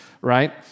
right